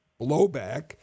blowback